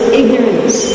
ignorance